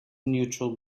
neutral